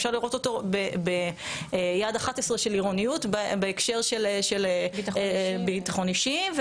אפשר לראות אותו ביעד 11 של עירוניות בהקשר של ביטחון אישי,